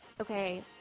Okay